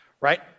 right